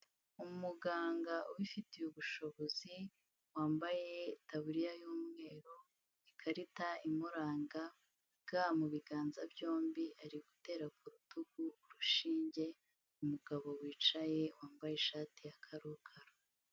Umuganga ubifitiye ubushobozi, wambaye itaburiya y'umweru, ikarita imuranga, ga mu biganza byombi, ari gutera ku rutugu urushinge umugabo wicaye, wambaye ishati ya karokaro.